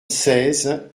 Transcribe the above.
seize